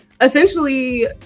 essentially